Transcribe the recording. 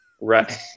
Right